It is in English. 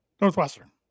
Northwestern